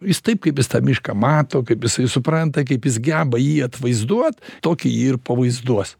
jis taip kaip visą mišką mato kaip jisai supranta kaip jis geba jį atvaizduot tokį jį ir pavaizduos